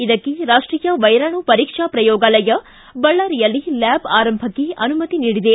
ಇದಕ್ಕೆ ರಾಷ್ಷೀಯ ವೈರಾಣು ಪರೀಕ್ಷಾ ಪ್ರಯೋಗಾಲಯ ಬಳ್ಳಾರಿಯಲ್ಲೂ ಲ್ವಾಬ್ ಆರಂಭಕ್ಕೆ ಅನುಮತಿ ನೀಡಿದೆ